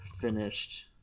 finished